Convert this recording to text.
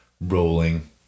rolling